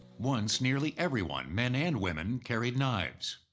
once, nearly everyone, men and women, carried knives.